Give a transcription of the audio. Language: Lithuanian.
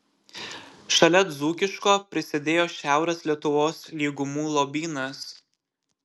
šalia dzūkiško prisidėjo šiaurės lietuvos lygumų lobynas